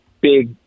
big